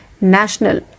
National